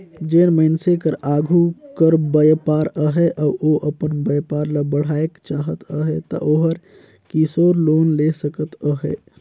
जेन मइनसे कर आघु कर बयपार अहे अउ ओ अपन बयपार ल बढ़ाएक चाहत अहे ता ओहर किसोर लोन ले सकत अहे